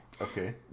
Okay